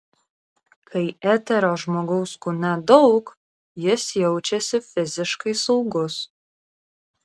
kai eterio žmogaus kūne daug jis jaučiasi fiziškai saugus